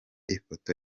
ifoto